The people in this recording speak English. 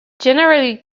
generally